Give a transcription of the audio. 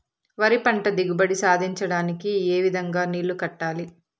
వరి పంట దిగుబడి సాధించడానికి, ఏ విధంగా నీళ్లు కట్టాలి?